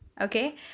okay